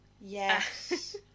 Yes